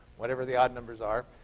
whatever the odd numbers are,